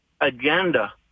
agenda